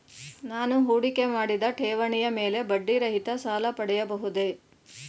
ನಾನು ಹೂಡಿಕೆ ಮಾಡಿದ ಠೇವಣಿಯ ಮೇಲೆ ಬಡ್ಡಿ ರಹಿತ ಸಾಲ ಪಡೆಯಬಹುದೇ?